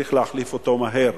וצריך להחליף אותו מהר,